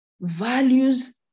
values